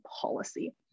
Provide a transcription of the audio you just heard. policy